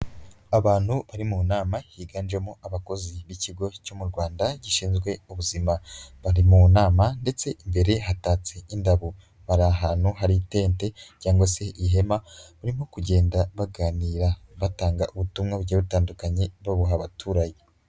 Abantu bari mu nama, higanjemo abakozi b'ikigo cyo mu Rwanda, gishinzwe ubuzima, bari mu nama ndetse imbere hatatse indabo, bari ahantu hari itente cyangwa se ihema, barimo kugenda baganira, batanga ubutumwa bugiye butandukanye, babuha abaturage.